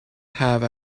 have